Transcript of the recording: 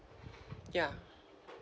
ya